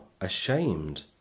ashamed